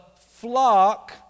flock